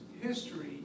history